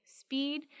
speed